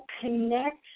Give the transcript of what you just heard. connect